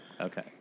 okay